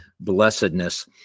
blessedness